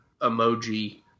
emoji